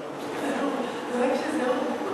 לא, שזה הוא.